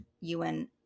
UN